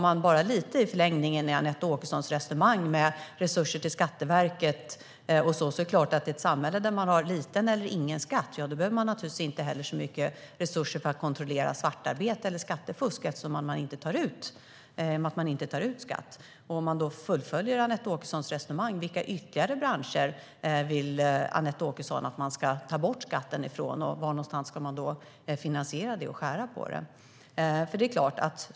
Med Anette Åkessons resonemang om resurser till Skatteverket är det i förlängningen klart att i ett samhälle där man inte har någon skatt eller har liten skatt behövs det inte så mycket resurser för att kontrollera svartarbete eller skattefusk eftersom det inte tas ut skatt. Om man fullföljer Anette Åkessons resonemang, vilka ytterligare branscher vill Anette Åkesson att man ska ta bort skatten ifrån? Var någonstans ifrån ska man ta resurserna? Vad ska man skära ned på?